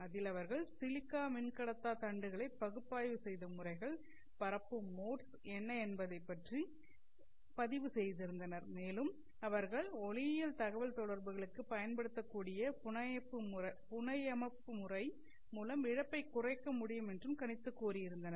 அதில் அவர்கள் சிலிக்கா மின்கடத்தா தண்டுகளை பகுப்பாய்வு செய்த முறைகள் பரப்பும் மோட்ஸ் என்ன என்பதைப் பற்றி பதிவு செய்திருந்தனர் மேலும் அவர்கள் ஒளியியல் தகவல் தொடர்புகளுக்கு பயன் படுத்தக்கூடிய புனையமைப்பு முறை மூலம் இழப்பை குறைக்க முடியும் என்றும் கணித்து கூறி இருந்தனர்